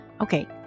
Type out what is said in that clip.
Okay